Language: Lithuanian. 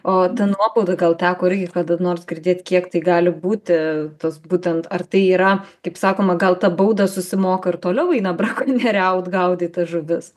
o ta nuobauda gal teko irgi kada nors girdėt kiek tai gali būti tos būtent ar tai yra kaip sakoma gal tą baudą susimoka ir toliau eina brakonieriaut gaudyt tas žuvis